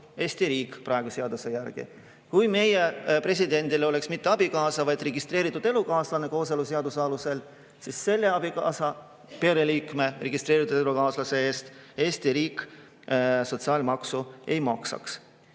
Eesti riik praegu seaduse järgi. Kui meie presidendil oleks mitte abikaasa, vaid registreeritud elukaaslane kooseluseaduse alusel, siis selle registreeritud elukaaslase eest Eesti riik sotsiaalmaksu ei maksaks.